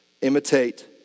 Imitate